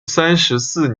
三十四